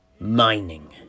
Mining